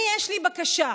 אני יש לי בקשה.